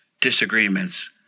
disagreements